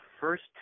first